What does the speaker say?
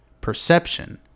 Perception